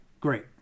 great